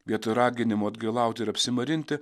vietoj raginimų atgailauti ir apsimarinti